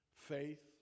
Faith